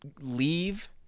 leave